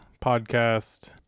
podcast